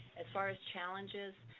as far as challenges,